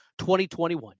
2021